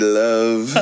love